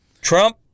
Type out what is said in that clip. trump